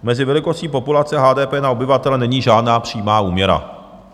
Mezi velikostí populace a HDP na obyvatele není žádná přímá úměra.